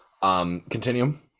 Continuum